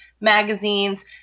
magazines